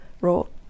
wrote